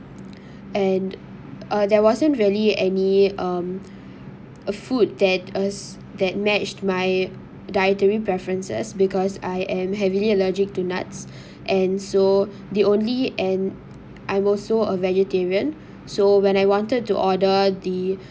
and uh there wasn't really any um a food that us that matched my dietary preferences because I am heavily allergic to nuts and so the only and I'm also a vegetarian so when I wanted to order the